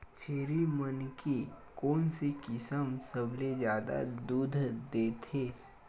छेरी मन के कोन से किसम सबले जादा दूध देथे?